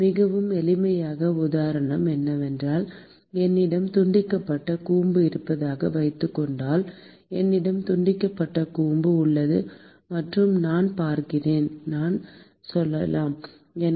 மிக எளிமையான உதாரணம் என்னவெனில் என்னிடம் துண்டிக்கப்பட்ட கூம்பு இருப்பதாக வைத்துக் கொண்டால் என்னிடம் துண்டிக்கப்பட்ட கூம்பு உள்ளது மற்றும் நான் பார்க்கிறேன் என்று சொல்லலாம் எனவே இது